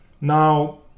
Now